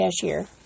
cashier